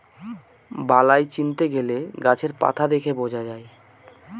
বালাই চিনতে গেলে গাছের পাতা দেখে বোঝা যায়